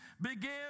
begin